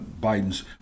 biden's